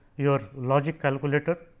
your logic calculator